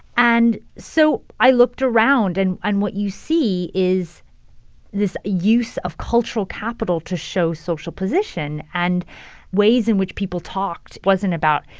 and so i looked around, and and what you see is this use of cultural capital to show social position, and ways in which people talked wasn't about,